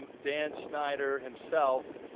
um dan snyder himself,